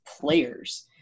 players